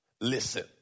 listen